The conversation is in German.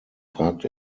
fragt